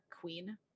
queen